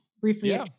briefly